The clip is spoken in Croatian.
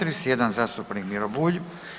31 zastupnik Miro Bulj.